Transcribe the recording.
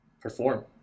perform